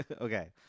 Okay